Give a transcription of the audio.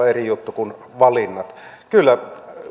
eri juttu kuin valinnat kyllä